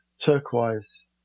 Turquoise